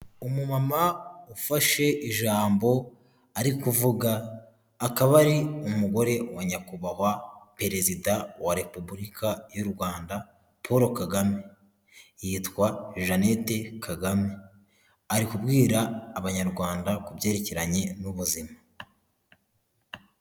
Umumama ufashe ijambo ari kuvuga akaba ari umugore wa Nyakubahwa Perezida wa Repubulika y'u Rwanda Paul KAGAME yitwa Jeannette KAGAME ari kubwira abanyarwanda ku byerekeranye n'ubuzima.